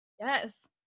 yes